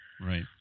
Right